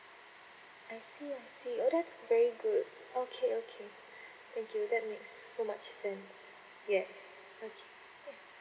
I see I see oh that's very good okay okay thank you that makes so much sense yes okay